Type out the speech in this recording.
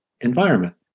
environment